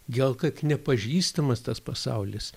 gal kad nepažįstamas tas pasaulis